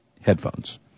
headphones